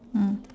mm